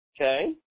Okay